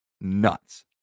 nuts